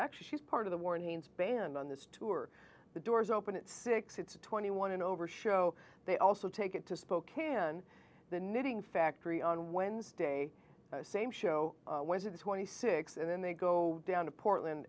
actually she's part of the warnings band on this tour the doors open at six it's twenty one and over show they also take it to spokane the knitting factory on wednesday same show was a twenty six and then they go down to portland